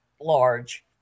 large